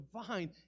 divine